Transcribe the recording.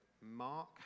mark